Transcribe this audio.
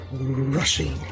rushing